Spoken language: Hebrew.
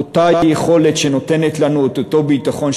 אותה יכולת שנותנת לנו את אותו ביטחון,